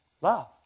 love